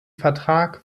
vertrag